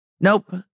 Nope